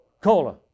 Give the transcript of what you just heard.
Cola